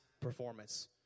performance